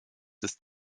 ist